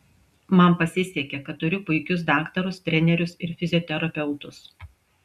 man pasisekė kad turiu puikius daktarus trenerius ir fizioterapeutus